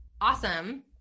awesome